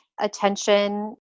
attention